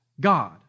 God